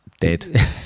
dead